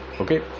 Okay